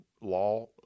law